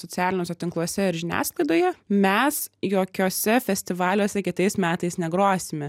socialiniuose tinkluose ir žiniasklaidoje mes jokiuose festivaliuose kitais metais negrosime